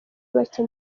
bacye